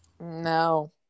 no